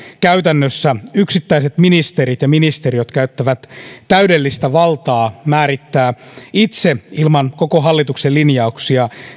käytännössä yksittäiset ministerit ja ministeriöt käyttävät täydellistä valtaa määrittää itse ilman koko hallituksen linjauksia